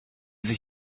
sie